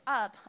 up